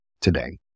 today